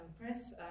press